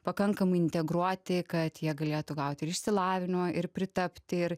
pakankamai integruoti kad jie galėtų gauti ir išsilavinimą ir pritapti ir